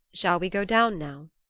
shall we go down now?